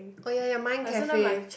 oh ya ya mind cafe